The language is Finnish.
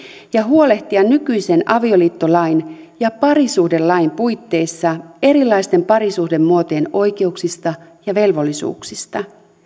ja huolehtia nykyisen avioliittolain ja parisuhdelain puitteissa erilaisten parisuhdemuotojen oikeuksista ja velvollisuuksista